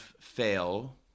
fail